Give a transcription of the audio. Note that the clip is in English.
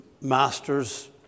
masters